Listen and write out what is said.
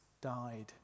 died